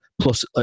plus